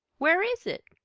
where is it?